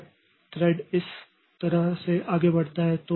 तो यह थ्रेड इस तरह से आगे बढ़ता है